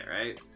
right